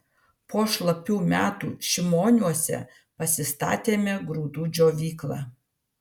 po šlapių metų šimoniuose pasistatėme grūdų džiovyklą